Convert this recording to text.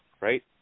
right